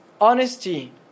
honesty